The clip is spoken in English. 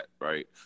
right